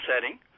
setting